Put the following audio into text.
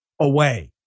away